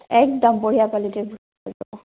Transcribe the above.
একদম বঢ়িয়া কোৱালিটিৰ